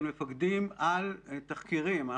דברים של מפקדים על תחקירים.